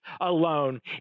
alone